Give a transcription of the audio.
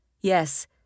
Yes